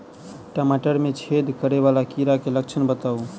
टमाटर मे छेद करै वला कीड़ा केँ लक्षण बताउ?